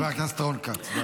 חבר הכנסת רון כץ, די.